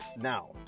Now